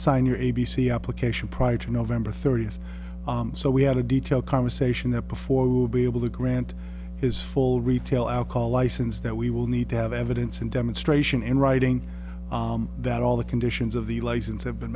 sign your a b c application prior to november thirtieth so we had a detailed conversation that before we would be able to grant his full retail alcohol license that we will need to have evidence and demonstration in writing that all the conditions of the license have been